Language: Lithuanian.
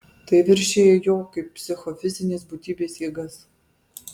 tai viršija jo kaip psichofizinės būtybės jėgas